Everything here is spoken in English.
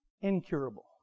incurable